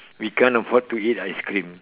we can't afford to eat ice cream